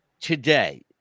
today